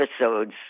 episodes